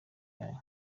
yayo